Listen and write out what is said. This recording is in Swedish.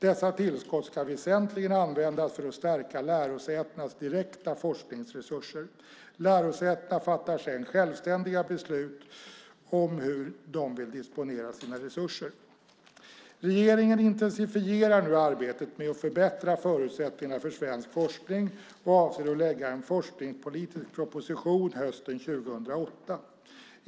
Dessa tillskott ska väsentligen användas för att stärka lärosätenas direkta forskningsresurser. Lärosätena fattar sedan självständiga beslut om hur de vill disponera sina resurser. Regeringen intensifierar nu arbetet med att förbättra förutsättningarna för svensk forskning och avser att lägga en forskningspolitisk proposition hösten 2008.